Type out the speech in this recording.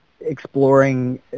exploring